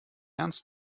ernst